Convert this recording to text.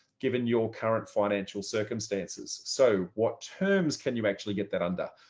given your current financial circumstances. so what terms can you actually get that under?